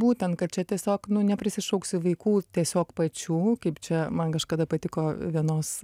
būtent kad čia tiesiog nu neprisišauksi vaikų tiesiog pačių kaip čia man kažkada patiko vienos